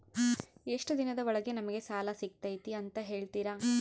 ಎಷ್ಟು ದಿನದ ಒಳಗೆ ನಮಗೆ ಸಾಲ ಸಿಗ್ತೈತೆ ಅಂತ ಹೇಳ್ತೇರಾ?